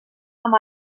amb